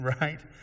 right